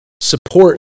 support